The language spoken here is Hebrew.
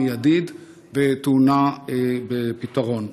מיידית וטעונה פתרון.